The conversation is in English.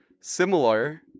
similar